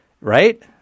Right